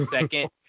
second